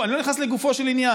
אני לא נכנס לגופו של עניין.